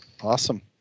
Awesome